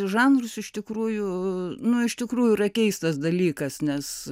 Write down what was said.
į žanrus iš tikrųjų nu iš tikrųjų yra keistas dalykas nes